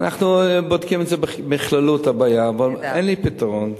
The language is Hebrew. אנחנו בודקים את הבעיה בכללותה, אבל אין לי פתרון.